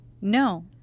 no